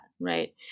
right